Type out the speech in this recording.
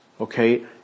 okay